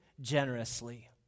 generously